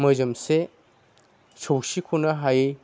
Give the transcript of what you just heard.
मोजोमसे सौसिखनो हायै